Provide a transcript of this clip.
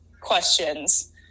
questions